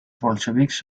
bolxevics